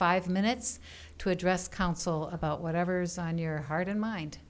five minutes to address council about whatever's on your heart and mind